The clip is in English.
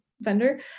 vendor